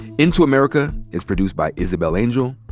into america is produced by isabel angel,